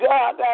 God